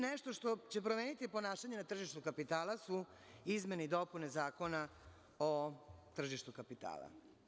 Nešto što će promeniti ponašanje na tržištu kapitala su izmene i dopune Zakona o tržištu kapitala.